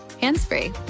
hands-free